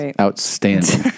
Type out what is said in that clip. outstanding